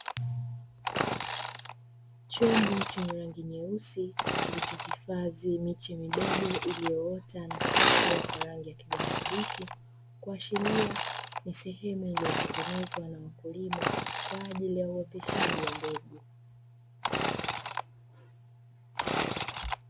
Chungu chenye rangi nyeusi kilichohifadhi miche midogo iliyoota na kuchipua kwa rangi ya kijani kibichi, kuashiria ni sehemu iliyotengenezwa na mkulima kwa ajili ya uoteshaji wa mbegu.